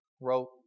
wrote